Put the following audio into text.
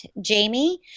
Jamie